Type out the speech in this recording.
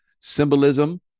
symbolism